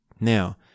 Now